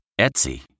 Etsy